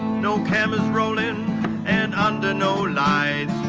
no cameras rolling and under no lights.